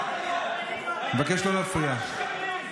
אני מבקש לא להפריע.